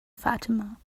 fatima